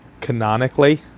canonically